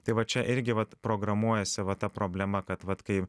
tai va čia irgi vat programuojasi va ta problema kad vat kai